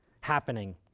happening